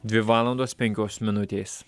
dvi valandos penkios minutės